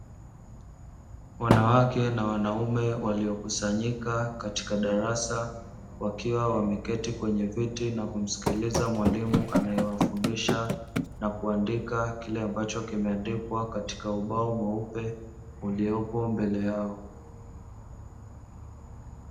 Wanawake na wanaume waliokusanyika katika darasa wakiwa wameketi kwenye viti na kumsikiliza mwalimu anayewafundisha na kuandika kile ambacho kimeandikwa katika ubao mweupe uliopo mbele yao.